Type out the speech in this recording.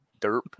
Derp